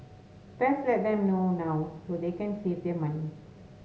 best let them know now so they can save their money